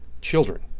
children